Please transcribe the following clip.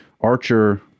Archer